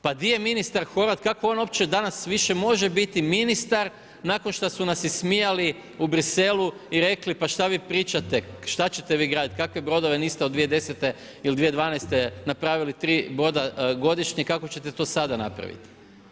Pa di je ministar Horvat, kako on uopće danas više može biti ministar, nakon što su nas ismijali u Bruxellesu i rekli, pa šta vi pričate, šte ćete vi graditi, kakve brodove, niste od 2010. ili 2012. napravili 3 boda godišnje, kako ćete to sada napraviti.